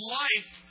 life